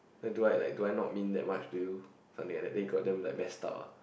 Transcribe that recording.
do I like do I like not mean much to you something like that then it go them like messed up ah